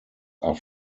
are